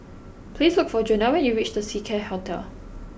please look for Jonell when you reach The Seacare Hotel